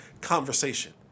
conversation